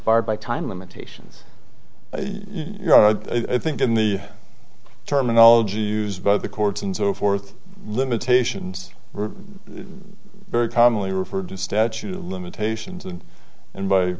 barred by time limitations you know i think in the terminology used by the courts and so forth limitations were very commonly referred to statute of limitations and and by